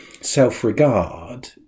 self-regard